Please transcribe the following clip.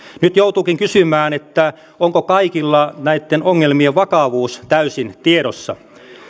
nyt joutuukin kysymään onko kaikilla näitten ongelmien vakavuus täysin tiedossa